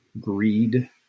greed